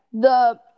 The-